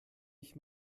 ich